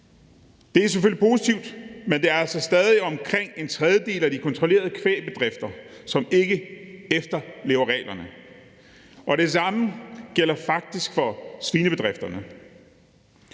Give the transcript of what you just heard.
Det er selvfølgelig positivt, men der er altså stadig omkring en tredjedel af de kontrollerede drifter, som ikke efterlever reglerne, og det samme gælder faktisk for svinebedrifterne.